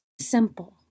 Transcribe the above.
simple